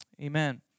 Amen